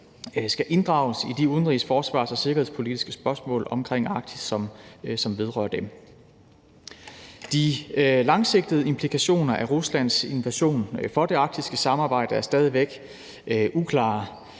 skal inddrages i de udenrigs-, forsvars- og sikkerhedspolitiske spørgsmål omkring Arktis, som vedrører dem. De langsigtede implikationer af Ruslands invasion for det arktiske samarbejde er stadig væk uklare,